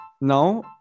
Now